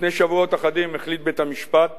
לפני שבועות אחדים החליט בית-המשפט